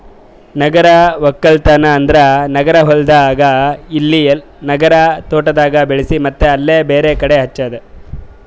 ನಗರ ಒಕ್ಕಲ್ತನ್ ಅಂದುರ್ ನಗರ ಹೊಲ್ದಾಗ್ ಇಲ್ಲಾ ನಗರ ತೋಟದಾಗ್ ಬೆಳಿಸಿ ಮತ್ತ್ ಅಲ್ಲೇ ಬೇರೆ ಕಡಿ ಹಚ್ಚದು